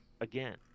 Again